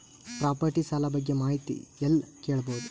Property ಸಾಲ ಬಗ್ಗೆ ಮಾಹಿತಿ ಎಲ್ಲ ಕೇಳಬಹುದು?